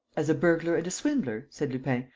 as a burglar and a swindler, said lupin,